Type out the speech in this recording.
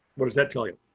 what does that tell you?